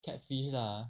catfish ah